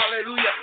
Hallelujah